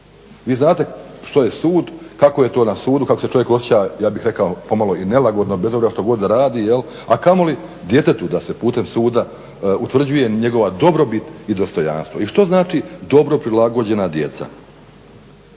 Vi znate što je sud, kako je to na sudu, kako se čovjek osjeća, ja bih rekao pomalo i nelagodno bez obzira što god da radi, a kamoli djetetu da se putem suda utvrđuje njegova dobrobit i dostojanstvo. I što znači dobro prilagođena djeca?